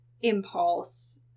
impulse